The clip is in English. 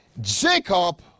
Jacob